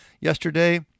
yesterday